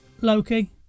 Loki